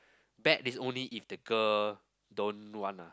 bad is only if the girl don't want ah